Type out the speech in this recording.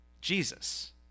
Jesus